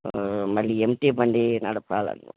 మళ్ళీ ఎమ్టి బండి నడపాలని